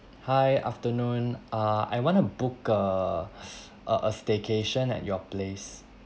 hi afternoon uh I want to book a a a staycation at your place